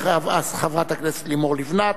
חברת הכנסת לימור לבנת,